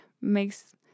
makes